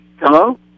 Hello